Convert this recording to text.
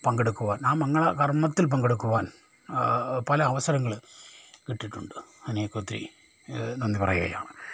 പങ്കെടുക്കുവാൻ ആ മംഗളകർമ്മത്തിൽ പങ്കെടുക്കുവാൻ പല അവസരങ്ങൾ കിട്ടിയിട്ടുണ്ട് അതിനൊക്കെ ഒത്തിരി നന്ദി പറയുകയാണ്